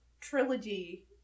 trilogy